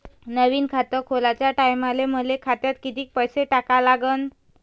नवीन खात खोलाच्या टायमाले मले खात्यात कितीक पैसे टाका लागन?